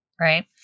right